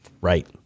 right